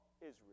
Israel